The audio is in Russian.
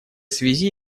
связи